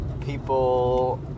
people